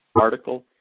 article